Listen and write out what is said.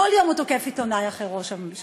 בכל יום הוא תוקף עיתונאי אחר, ראש הממשלה.